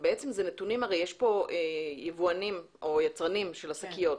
הרי יש פה יבואנים או יצרנים של השקיות.